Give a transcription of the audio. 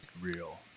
real